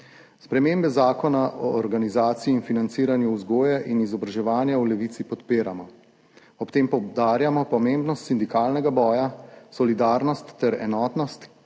Spremembe Zakona o organizaciji in financiranju vzgoje in izobraževanja v Levici podpiramo, ob tem poudarjamo pomembnost sindikalnega boja, solidarnost ter enotnost,